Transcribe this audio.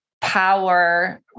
power